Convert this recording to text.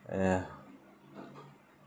ya